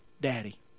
Daddy